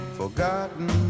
forgotten